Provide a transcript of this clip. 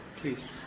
Please